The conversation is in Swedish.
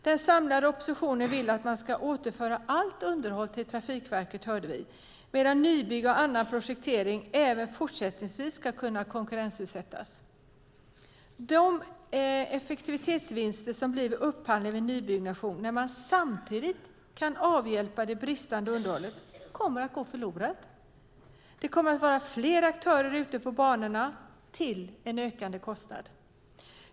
Den samlade oppositionen vill att man ska återföra allt underhåll till Trafikverket, hörde vi, medan nybygge och annan projektering även fortsättningsvis ska kunna konkurrensutsättas. De effektivitetsvinster som uppstår vid upphandlingar vid nybyggnation när man samtidigt kan avhjälpa det bristande underhållet kommer att gå förlorade. Det kommer att vara fler aktörer ute på banorna till en ökande kostnad.